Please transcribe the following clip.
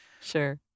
sure